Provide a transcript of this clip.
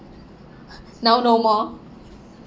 now no more